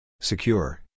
Secure